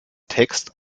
text